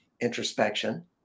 introspection